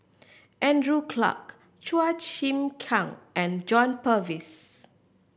Andrew Clarke Chua Chim Kang and John Purvis